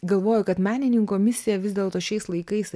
galvoju kad menininko misija vis dėlto šiais laikais